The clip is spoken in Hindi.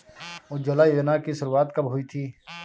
उज्ज्वला योजना की शुरुआत कब हुई थी?